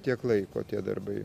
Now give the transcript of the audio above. tiek laiko tie darbai